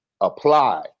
apply